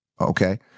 Okay